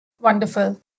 Wonderful